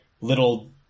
little